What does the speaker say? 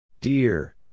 Dear